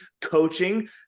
coaching